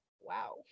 wow